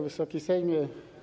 Wysoki Sejmie!